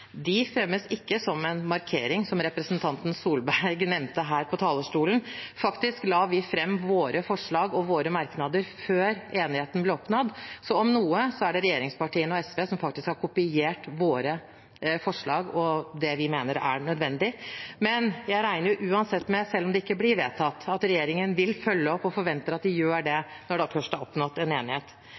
De fremmes ikke som en markering, som representanten Torstein Tvedt Solberg nevnte her på talerstolen. Faktisk la vi fram våre forslag og våre merknader før enigheten ble oppnådd. Så om noe er det regjeringspartiene og SV som faktisk har kopiert våre forslag og det vi mener er nødvendig. Men selv om det ikke blir vedtatt, regner jeg uansett med at regjeringen vil følge opp, og jeg forventer at de gjør det, når det først er oppnådd en enighet.